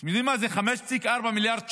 אתם יודעים מה זה 5.4 מיליארד שקל,